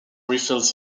refers